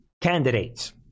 candidates